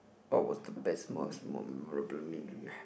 what was the best most memorable meal you had